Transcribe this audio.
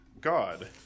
God